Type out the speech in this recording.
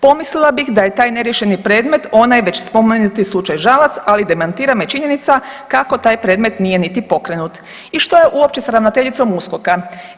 Pomislila bih da je taj neriješeni predmet onaj već spomenuti slučaj Žalac, ali demantira me činjenica kako taj predmet nije niti pokrenut i što je uopće s ravnateljicom USKOK-a.